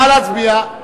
נא להצביע.